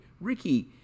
Ricky